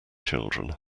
children